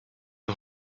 een